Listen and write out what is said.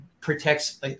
protects